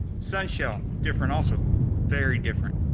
sun shell different also very different.